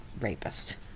rapist